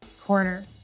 corner